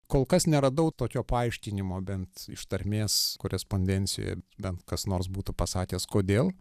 kol kas neradau tokio paaiškinimo bent iš tarmės korespondencijoje bent kas nors būtų pasakęs kodėl